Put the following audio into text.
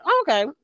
okay